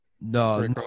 No